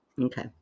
Okay